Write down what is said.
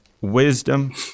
wisdom